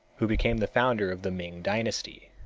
who became the founder of the ming dynasty.